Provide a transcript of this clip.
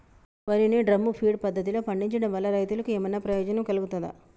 వరి ని drum feed పద్ధతిలో పండించడం వల్ల రైతులకు ఏమన్నా ప్రయోజనం కలుగుతదా?